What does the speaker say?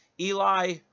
Eli